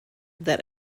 that